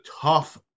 tough